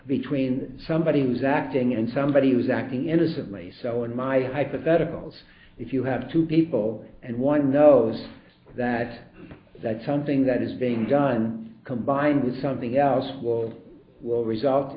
between somebody who's acting and somebody who is acting innocently so in my hypotheticals if you have two people and one knows that that something that is being done combined with something else will will result